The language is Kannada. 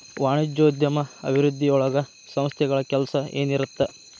ವಾಣಿಜ್ಯೋದ್ಯಮ ಅಭಿವೃದ್ಧಿಯೊಳಗ ಸಂಸ್ಥೆಗಳ ಕೆಲ್ಸ ಏನಿರತ್ತ